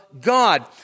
God